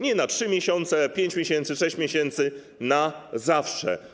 Nie na 3 miesiące, 5 miesięcy, 6 miesięcy, tylko na zawsze.